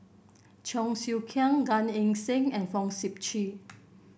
Cheong Siew Keong Gan Eng Seng and Fong Sip Chee